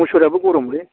मुसुराबो गरम लै